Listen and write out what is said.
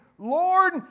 Lord